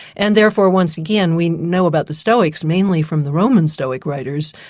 and therefore once again we know about the stoics mainly from the roman stoic writers,